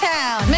Town